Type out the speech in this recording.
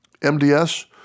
MDS